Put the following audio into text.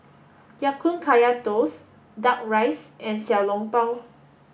Ya Kun Kaya toast duck rice and xiao long bao